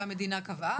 שהמדינה קבעה,